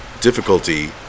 difficulty